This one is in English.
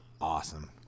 Awesome